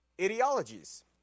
ideologies